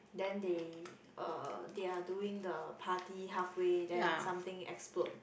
then they uh they are doing the party halfway then something explode